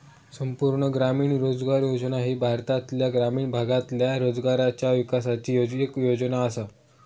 संपूर्ण ग्रामीण रोजगार योजना ही भारतातल्या ग्रामीण भागातल्या रोजगाराच्या विकासाची येक योजना आसा